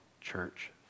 church